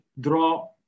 draw